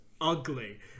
ugly